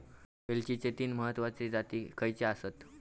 वेलचीचे तीन महत्वाचे जाती खयचे आसत?